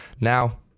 Now